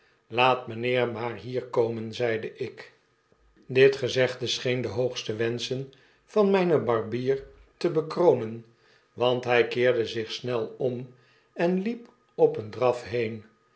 laat mynheer maar hier komen zeide ik dit gezegde scheen de hoogste wenschen van mynen barbier te bekronen want hy keerde zich snel om en liep op een draf heen